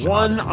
one